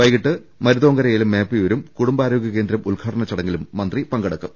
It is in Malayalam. വൈകിട്ട് മരുതോങ്കരയിലും മേപ്പയൂരും കുടുംബാ രോഗൃകേന്ദ്രം ഉദ്ഘാടനച്ചടങ്ങിലും മന്ത്രി പങ്കെടുക്കും